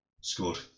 scored